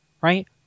Right